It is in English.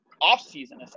off-season